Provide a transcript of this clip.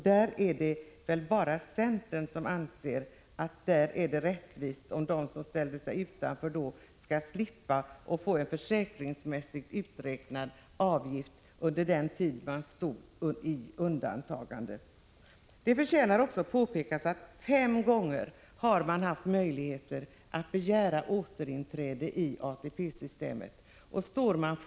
Det är väl bara centern som anser att det är rättvist att de som ställde sig utanför systemet skall slippa en försäkringsmässigt uträknad avgift för den tid de var undantagna från ATP-systemet. Det förtjänar också att påpekas att man har haft möjlighet att begära återinträde i ATP-systemet fem gånger.